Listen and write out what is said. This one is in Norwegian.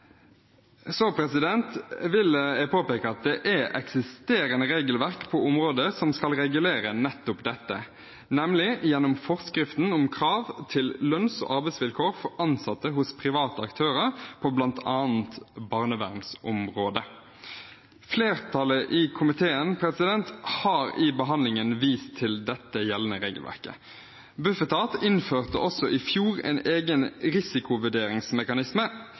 Så vil jeg påpeke at det er eksisterende regelverk på området som skal regulere nettopp dette, nemlig forskriften om krav til lønns- og arbeidsvilkår for ansatte hos private aktører på bl.a. barnevernsområdet. Flertallet i komiteen har i behandlingen vist til dette gjeldende regelverket. Bufetat innførte også i fjor en egen risikovurderingsmekanisme